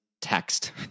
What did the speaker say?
text